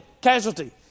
casualty